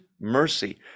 mercy